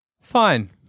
Fine